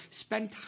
spend